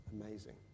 Amazing